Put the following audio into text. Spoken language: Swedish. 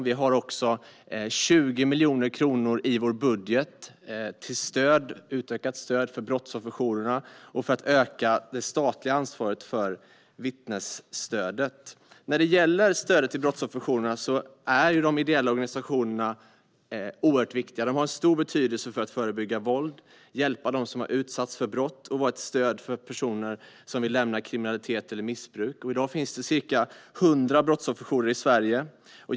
Vi har också 20 miljoner kronor i vår budget till utökat stöd för brottsofferjourerna och för att öka det statliga ansvaret för vittnesstödet. När det gäller stödet till brottsofferjourerna är de ideella organisationerna oerhört viktiga. De har en stor betydelse för att förebygga våld, hjälpa dem som har utsatts för brott och vara ett stöd för personer som vill lämna kriminalitet eller missbruk. I dag finns det ca 100 brottsofferjourer i Sverige.